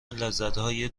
لذتهای